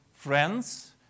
Friends